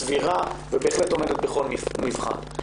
סבירה ובהחלט עומדת בכל מבחן.